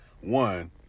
one